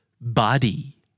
Body